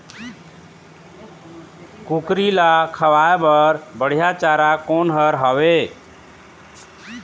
कुकरी ला खवाए बर बढीया चारा कोन हर हावे?